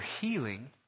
healing